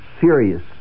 serious